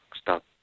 stop